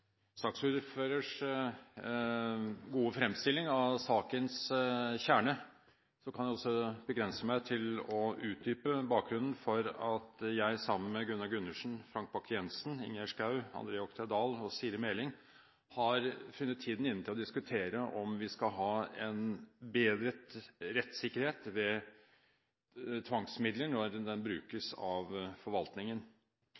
at jeg, sammen med Gunnar Gundersen, Frank Bakke-Jensen, Ingjerd Schou, André Oktay Dahl og Siri A. Meling, har funnet tiden inne til å diskutere om vi skal ha en bedre rettssikkerhet ved bruk av tvangsmidler når